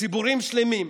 ציבורים שלמים.